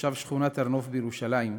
וכתושב שכונת הר-נוף בירושלים,